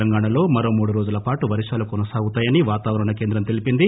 తెలంగాణలో మరో మూడురోజుల పాటు వర్షాలు కొనసాగుతాయని వాతావరణ కేంద్రం తెలీపింది